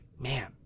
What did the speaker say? man